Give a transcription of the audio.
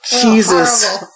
Jesus